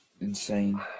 insane